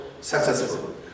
Successful